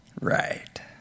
Right